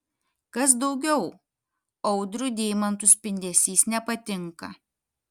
kas daugiau audriui deimantų spindesys nepatinka